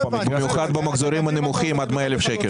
במיוחד במחזורים הנמוכים עד 100 אלף שקלים.